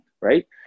right